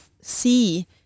see